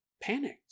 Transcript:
Panicked